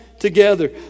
together